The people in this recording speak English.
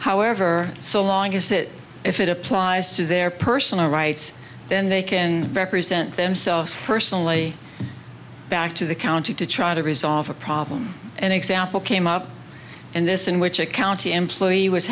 however so long is that if it applies to their personal rights then they can represent themselves personally back to the county to try to resolve a problem an example came up and this in which a county employee was